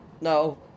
no